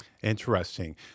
Interesting